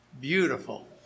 beautiful